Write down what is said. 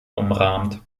umrahmt